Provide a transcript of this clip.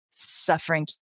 Suffering